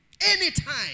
Anytime